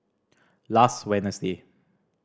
last Wednesday